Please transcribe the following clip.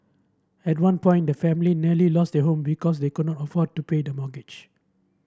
at one point the family nearly lost their home because they could not afford to pay the mortgage